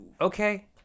okay